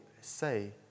say